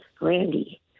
Randy